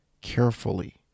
carefully